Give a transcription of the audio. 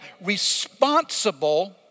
responsible